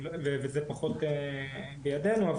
וזה פחות בידינו.